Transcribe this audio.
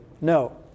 no